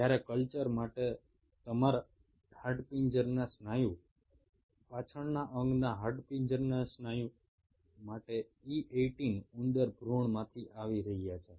જ્યારે કલ્ચર માટે તમારા હાડપિંજરના સ્નાયુ પાછળના અંગના હાડપિંજરના સ્નાયુ માટે E18 ઉંદર ભૃણમાંથી આવી રહ્યા છે